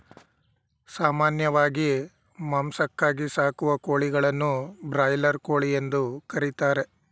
ಸಾಮಾನ್ಯವಾಗಿ ಮಾಂಸಕ್ಕಾಗಿ ಸಾಕುವ ಕೋಳಿಗಳನ್ನು ಬ್ರಾಯ್ಲರ್ ಕೋಳಿ ಎಂದು ಕರಿತಾರೆ